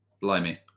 Blimey